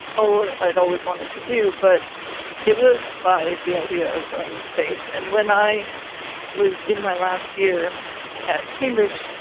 ah i'd always wanted to do, but it was by the idea of going to space. and when i was in my last year at cambridge,